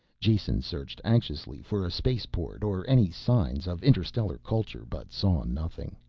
jason searched anxiously for a spaceport or any signs of interstellar culture but saw nothing.